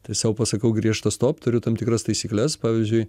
tai sau pasakau griežtą stop turiu tam tikras taisykles pavyzdžiui